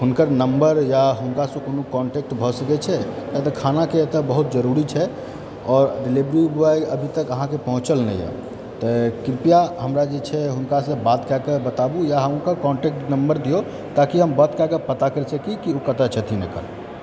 हुनकर नम्बर या हुनकासँ कोनो कॉन्टेक्ट भए सकै छै किया तऽ खानाके एतए बहुत जरुरी छै और डिलेवरी ब्यॉय अभीतक अहाँकेँ पहुँचल नहि अछि तऽ कृपया हमरा जे छै हुनकासँ बात कए कऽ बताउ या हुनकर कॉन्टेक्ट नम्बर दियौ ताकि हम बात कऽ कऽ पता कर सकी ओ कतए छथिन अखन